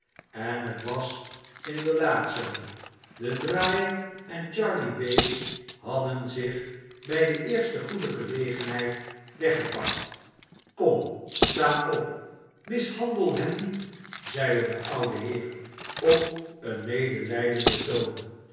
hoofdstad het was inderdaad zoo de draaier en charley bates hadden zich bij de eerste goede gelegenheid weggepakt kom sta op mishandel hem niet zeide de oude heer op een medelijdenden toon